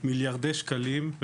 מיליארדי שקלים.